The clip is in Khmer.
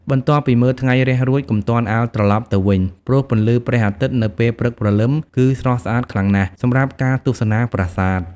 បន្ទាប់ពីមើលថ្ងៃរះរួច កុំទាន់អាលត្រឡប់ទៅវិញ ព្រោះពន្លឺព្រះអាទិត្យនៅពេលព្រឹកព្រលឹមគឺស្រស់ស្អាតខ្លាំងណាស់សម្រាប់ការទស្សនាប្រាសាទ។